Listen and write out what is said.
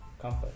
comfort